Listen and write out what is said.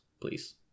Please